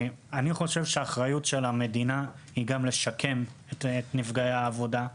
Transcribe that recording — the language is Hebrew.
האחריות של המדינה היא גם לשקם את נפגעי העבודה.